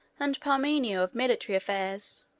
and parmenio of military affairs.